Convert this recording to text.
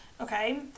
Okay